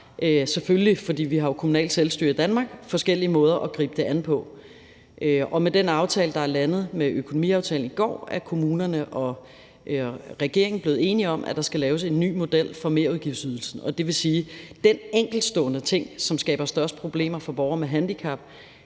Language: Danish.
selvfølgelig, for vi har jo kommunalt selvstyre i Danmark – forskellige måder at gribe det an på. Og med den aftale, der er landet med økonomiaftalen i går, er kommunerne og regeringen blevet enige om, at der skal laves en ny model for merudgiftsydelsen. Det vil sige, at i forhold til den enkeltstående ting, som skaber størst problemer for borgere med handicap,